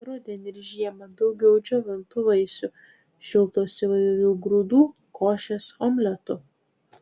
rudenį ir žiemą daugiau džiovintų vaisių šiltos įvairių grūdų košės omletų